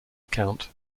count